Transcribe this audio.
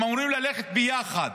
הם אמורים ללכת ביחד.